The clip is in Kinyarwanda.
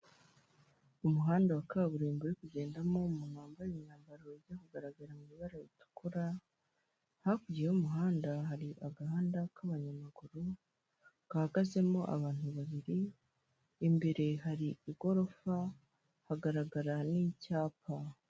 Umuhanda wa kaburimbo uri kugendamo umuntu wambaye imwambaro ujya kugaragara mu ibara ritukura, hakurya y'umuhanda hari agahanda k'abanyamaguru gahagazemo abantu babiri imbere hari igorofa hagaragara n'icyapa.